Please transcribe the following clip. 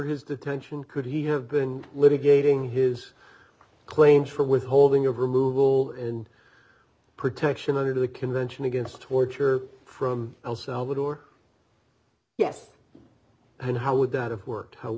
his detention could he have been litigating his claims for withholding of removal and protection under the convention against torture from el salvador yes and how would that have worked how